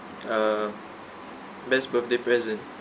uh best birthday present